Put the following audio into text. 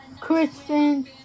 Christian